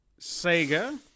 Sega